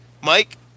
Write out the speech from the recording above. Mike